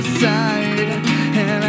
side